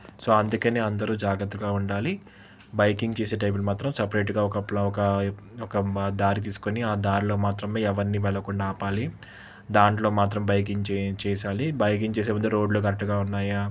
so అందుకనే అందరూ జాగ్రత్తగా ఉండాలి బైకింగ్ చేసే టైంలో మాత్రం సపరేట్గా ఒకప్ల ఒకా ఒక దారి తీసుకోని ఆ దారిలో మాత్రమే ఎవరినీ వెళ్ళకుండా ఆపాలి దాంట్లో మాత్రం బైకింగ్చే చేసాలి బైకింగ్ చేసేముందు రోడ్లు కరెక్ట్గా ఉన్నాయా